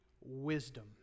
wisdom